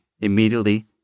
immediately